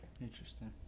interesting